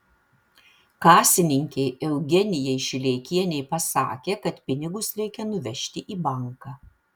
kasininkei eugenijai šileikienei pasakė kad pinigus reikia nuvežti į banką